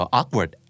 awkward